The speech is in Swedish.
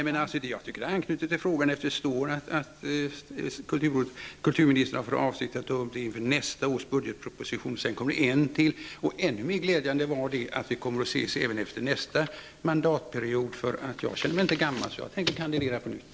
Fru talman! Jag tycker att det anknyter till frågan, eftersom det står i svaret att kulturministern har för avsikt att ta upp detta inför nästa års budgetproposition, och sedan kommer en till. Ännu mer glädjande är det att vi kommer att ses även efter nästa mandatperiod. Jag känner mig inte gammal och tänker därför kandidera på nytt.